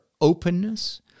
openness